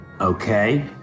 Okay